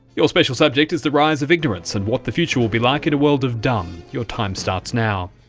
your special subject is the rise of ignorance and what the future will be like in a world of dumb. your time starts now.